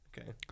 Okay